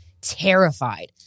Terrified